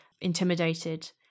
intimidated